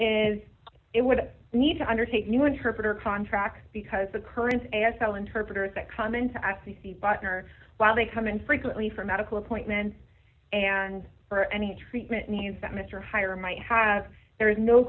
is it would need to undertake new interpreter contracts because the current a s l interpreters that come in to actually see bucknor while they come in frequently for medical appointments and for any treatment needs that mr hire might have there is no